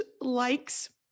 likes